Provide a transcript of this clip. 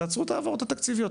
תעצרו את ההעברות התקציביות.